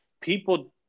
people